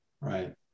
Right